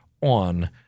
on